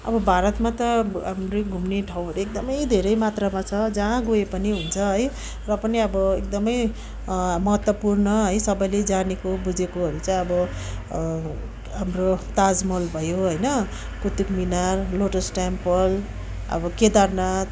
अब भारतमा त अब घुम्ने ठाउँहरू एकदमै धेरै मात्रामा छ जहाँ गए पनि हुन्छ है र पनि अब एकदमै महत्त्वपूर्ण है सबैले जानेको बुझेकोहरू चाहिँ अब हाम्रो ताजमहल भयो होइन कुतुबमिनार लोटस टेम्पल अब केदारनाथ